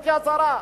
גברתי השרה.